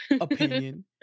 opinion